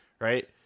right